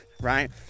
right